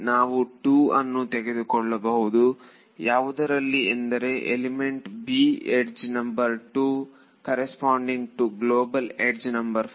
ನಾವು 2 ಅನ್ನು ತೆಗೆದುಕೊಳ್ಳಬಹುದು ಯಾವುದರಲ್ಲಿ ಎಂದರೆ element b edge number 2 corresponding to global edge number 5